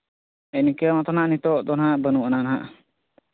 ᱤᱱᱠᱟᱹ ᱢᱟᱛᱚ ᱦᱟᱸᱜ ᱱᱤᱛᱚᱜ ᱫᱚ ᱦᱟᱸᱜ ᱵᱟᱹᱱᱩᱜ ᱟᱱᱟᱝ ᱦᱟᱸᱜ